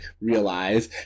realize